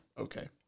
Okay